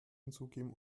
hinzugeben